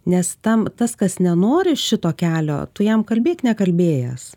nes tam tas kas nenori šito kelio tu jam kalbėk nekalbėjęs